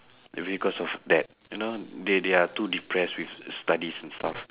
maybe cause of that you know they they are too depressed with studies and stuff